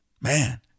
man